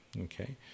Okay